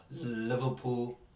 Liverpool